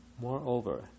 Moreover